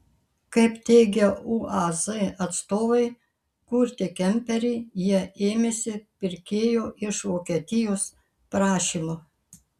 kaip teigia uaz atstovai kurti kemperį jie ėmėsi pirkėjų iš vokietijos prašymu